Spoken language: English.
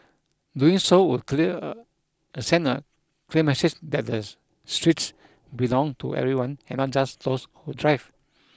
doing so would clear send a clear message that the streets belong to everyone and not just those who drive